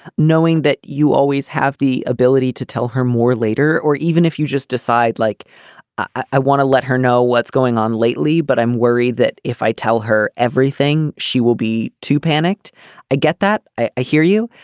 knowing that you always have the ability to tell her more later or even if you just decide like i want to let her know what's going on lately but i'm worried that if i tell her everything she will be too panicked i get that i i hear you.